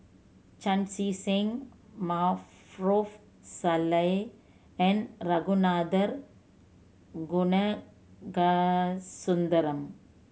Chan Chee Seng Maarof Salleh and Ragunathar Kanagasuntheram